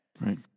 Right